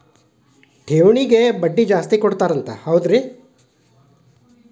ಠೇವಣಿಗ ಬಡ್ಡಿ ಜಾಸ್ತಿ ಕೊಡ್ತಾರಂತ ಹೌದ್ರಿ?